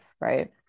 Right